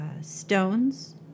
stones